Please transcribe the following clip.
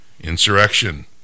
insurrection